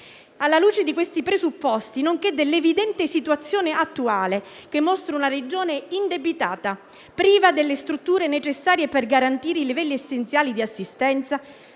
Alla luce di questi presupposti, nonché dell'evidente situazione attuale, che mostra una Regione indebitata, priva delle strutture necessarie per garantire i livelli essenziali di assistenza,